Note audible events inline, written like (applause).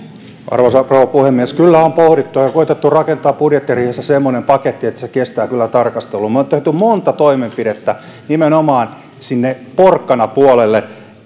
arvoisa rouva puhemies kyllä on pohdittu ja koetettu rakentaa budjettiriihessä semmoinen paketti että se kestää kyllä tarkastelua me olemme tehneet monta toimenpidettä nimenomaan sinne porkkanapuolelle (unintelligible)